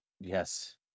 Yes